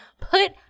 put